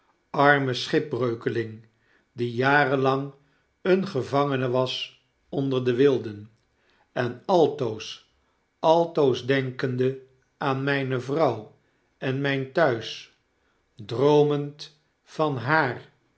schip breukeling die jarenlang een gevangene was onder de wilden en altoos altoos denkende aan mijne vrouw en miyn thuis droomend van haar